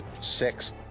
sex